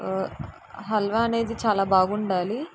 హల్వా అనేది చాల బాగుండాలి